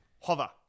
hover